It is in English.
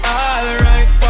alright